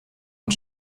und